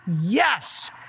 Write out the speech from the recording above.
Yes